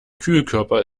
kühlkörper